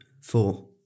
Four